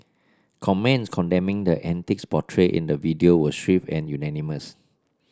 comments condemning the antics portrayed in the video were swift and unanimous